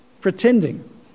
pretending